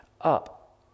up